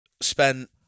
spent